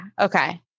Okay